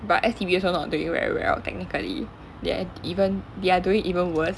but S_T_B also not doing very well technically they are even they are doing even worse